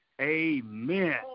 amen